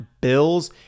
bills